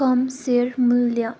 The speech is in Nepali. कम सेयर मूल्य